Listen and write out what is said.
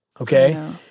okay